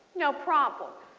no problem.